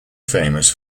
famous